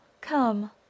come